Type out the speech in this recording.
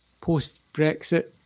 post-Brexit